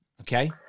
Okay